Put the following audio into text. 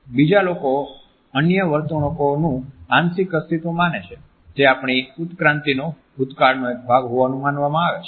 બીજા લોકો અન્ય વર્તણૂકોનું આંશિક અસ્તિત્વ માને છે જે આપણી ઉત્ક્રાંતિનો ભૂતકાળનો એક ભાગ હોવાનું માનવામાં આવે છે